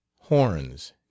horns